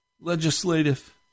legislative